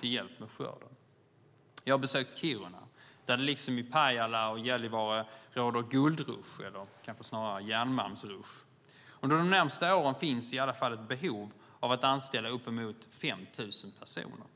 till hjälp med skörden. Jag har besökt Kiruna, där det liksom i Pajala och Gällivare råder guldrusch, eller kanske snarare järnmalmsrusch. Under de närmaste åren finns ett behov av att anställa uppemot 5 000 personer.